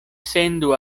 sendu